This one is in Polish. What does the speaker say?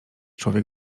człowiek